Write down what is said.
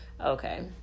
Okay